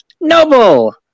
Noble